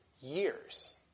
years